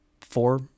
four